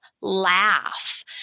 Laugh